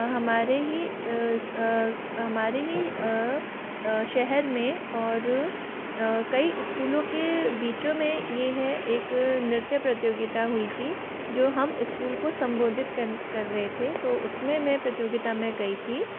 हमारे ही हमारे ही शहर में और कई स्कूलों के बीचों में ये है एक नृत्य प्रतियोगिता हुई थी जो हम स्कूल को संबोधित कन कर रहे थे तो उसमें मैं प्रतियोगिता में गई थी